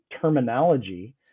terminology